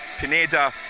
Pineda